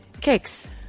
Cakes